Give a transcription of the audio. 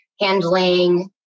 handling